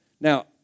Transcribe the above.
Now